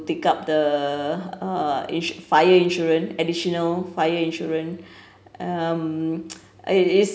pick up the uh ins~ fire insurance additional fire insurance um is is